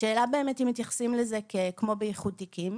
השאלה באמת אם מתייחסים לזה כמו באיחוד תיקים?